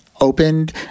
opened